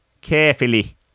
Carefully